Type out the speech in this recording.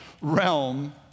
realm